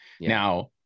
Now